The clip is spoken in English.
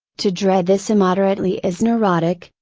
to dread this immoderately is neurotic,